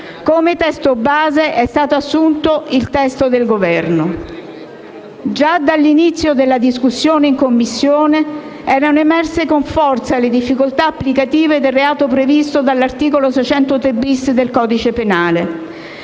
Come testo base è stato assunto il testo del Governo. Già dall'inizio della discussione in Commissione erano emerse con forza le difficoltà applicative del reato previsto dall'articolo 603-*bis* del codice penale;